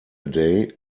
day